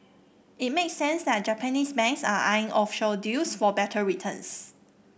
it makes sense that Japanese banks are eyeing offshore deals for better returns